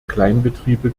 kleinbetriebe